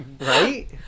Right